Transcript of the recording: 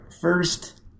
first